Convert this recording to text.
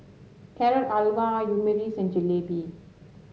Carrot Halwa Omurice and Jalebi